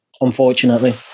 Unfortunately